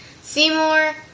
Seymour